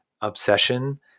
obsession